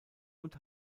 und